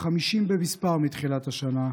ה-50 במספר מתחילת השנה,